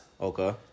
Okay